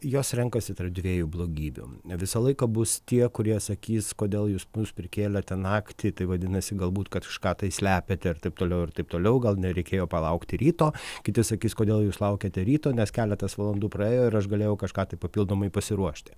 jos renkasi tarp dviejų blogybių ne visą laiką bus tie kurie sakys kodėl jūs mus prikėlėte naktį tai vadinasi galbūt kažką tai slepiate ir taip toliau ir taip toliau gal nereikėjo palaukti ryto kiti sakys kodėl jūs laukėte ryto nes keletas valandų praėjo ir aš galėjau kažką tai papildomai pasiruošti